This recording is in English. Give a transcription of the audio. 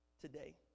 Today